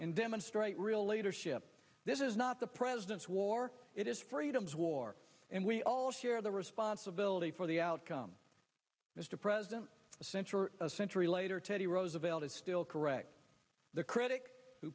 and demonstrate real leadership this is not the president's war it is freedom's war and we all share the responsibility for the outcome mr president a century or a century later teddy roosevelt is still correct the critic who